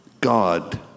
God